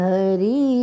Hari